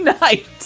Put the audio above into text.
night